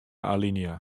alinea